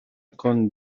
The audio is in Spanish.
con